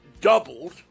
doubled